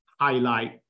highlight